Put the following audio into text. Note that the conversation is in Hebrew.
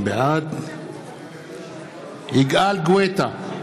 בעד יגאל גואטה,